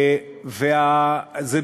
חבר הכנסת שמולי, חיזוק באגף ההוא.